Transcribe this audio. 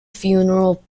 funeral